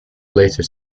later